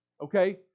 okay